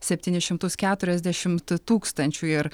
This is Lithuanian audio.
septynis šimtus keturiasdešimt tūkstančių ir